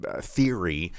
theory